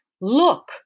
look